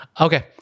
Okay